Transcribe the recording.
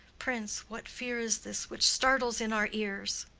prince. what fear is this which startles in our ears?